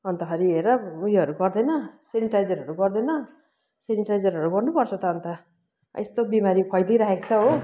अन्तखेरि हेर उयोहरू गर्दैन सेनिटाइजरहरू गर्दैन सेनिटाइजरहरू गर्नुपर्छ त अन्त यस्तो बिमारी फैलिराखेको छ हो